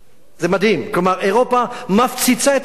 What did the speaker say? זה מדהים, כלומר אירופה מפציצה את אירופה,